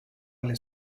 alle